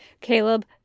Caleb